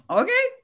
okay